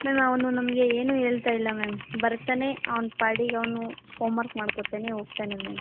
ma'am ಅವನು ನಮಗೆ ಏನೂ ಹೇಳ್ತಾ ಇಲ್ಲ ಮ್ಯಾಮ್ ಬರ್ತಾನೆ ಅವ್ನ ಪಾಡಿಗೆ ಅವನು ಹೋಮರ್ಕ್ ಮಾಡ್ಕೊತಾನೆ ಹೋಗ್ತಾನೆ ಮ್ಯಾಮ್